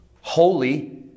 holy